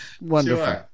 Wonderful